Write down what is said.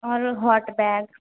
आओर hot bag